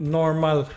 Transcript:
normal